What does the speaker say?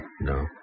No